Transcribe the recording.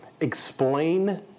explain